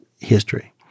history